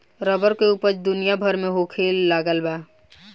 rubber के ऊपज दुनिया भर में होखे लगल बा